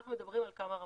אנחנו מדברים על כמה רמות.